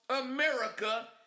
America